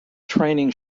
training